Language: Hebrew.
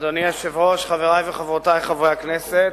אדוני היושב-ראש, חברי וחברותי חברי הכנסת,